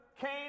came